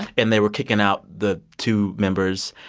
and they were kicking out the two members.